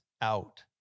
out